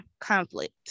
conflict